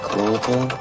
Global